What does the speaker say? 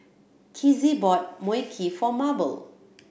Kizzy bought Mui Kee for Mable